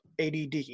ADD